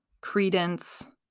credence